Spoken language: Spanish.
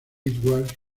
edwards